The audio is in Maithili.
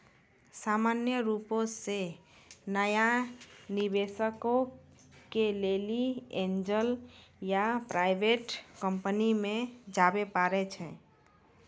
सामान्य रुपो से नया निबेशको के लेली एंजल या प्राइवेट कंपनी मे जाबे परै छै